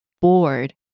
Bored